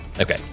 Okay